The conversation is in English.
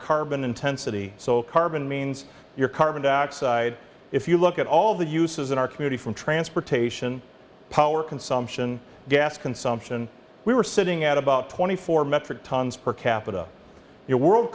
carbon intensity so carbon means your carbon dioxide if you look at all the uses in our committee from transportation power consumption gas consumption we were sitting at about twenty four metric tons per capita your world